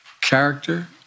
character